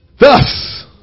Thus